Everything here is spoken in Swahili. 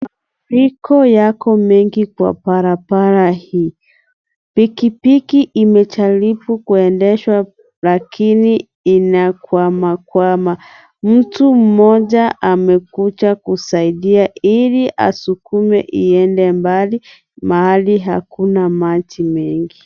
Mafuriko yako mengi kwa barabara hii. Pikipiki imejaribu kuendeshwa lakini inakwamakwama. Mtu mmoja amekuja kusaidia ili asukume iende mbali mahali hakuna maji mengi.